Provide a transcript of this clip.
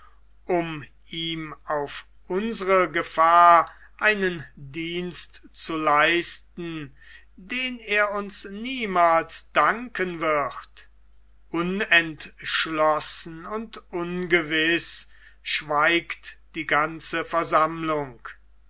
um ihm auf unsere gefahr einen dienst zu leisten den er uns niemals danken wird unentschlossen und ungewiß schweigt die ganze versammlung